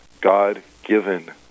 God-given